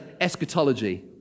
eschatology